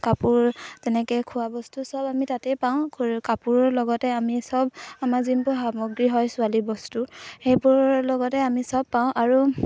কাপোৰ তেনেকৈ খোৱা বস্তু চব আমি তাতেই পাওঁ কাপোৰৰ লগতে আমি চব আমাৰ যোনবোৰ সামগ্ৰী হয় ছোৱালী বস্তু সেইবোৰৰ লগতে আমি চব পাওঁ আৰু